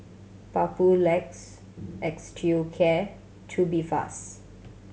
Papulex Osteocare Tubifast